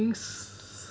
drinks